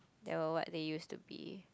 they were what they used to be